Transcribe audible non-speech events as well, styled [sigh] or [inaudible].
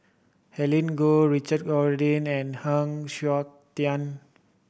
[unintelligible] Goh Richard Corridon and Heng Siok Tian